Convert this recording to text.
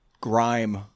Grime